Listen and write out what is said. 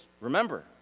remember